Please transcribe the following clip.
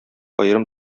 аерым